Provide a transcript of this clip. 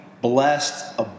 blessed